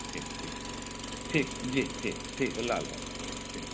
ठीक ठीक ठीक जी ठीक है ठीक है लाल वाला ठीक